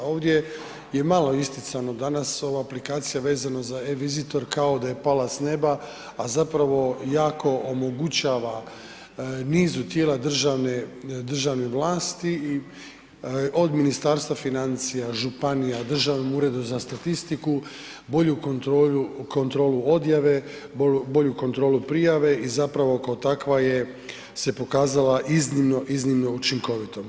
Ovdje je malo isticano danas, ova aplikacija vezano za e-vizitor kao da je pala s neba, a zapravo jako omogućava nizu tijela državne vlasti, od Ministarstva financija, županija, Državnom uredu za statistiku, bolju kontrolu odjave, bolju kontrolu prijave i zapravo kao takva se je pokazala iznimno, iznimno učinkovitom.